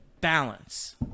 Balance